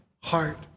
heart